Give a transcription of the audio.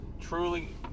truly